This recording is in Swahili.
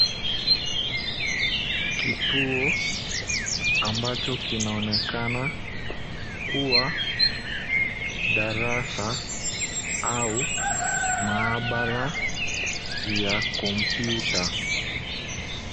Kituo ambacho kinaonekana kuwa darasa au mahabara ya kompyuta.